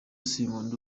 sinkunda